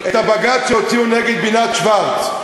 את הבג"ץ שהוציאו נגד בינת שוורץ,